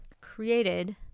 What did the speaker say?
created